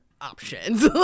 options